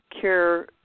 care